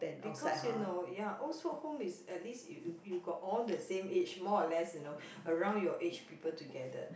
because you know ya old folks home is at least you you you got the same age more or less you know around your age people together